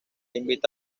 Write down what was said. invita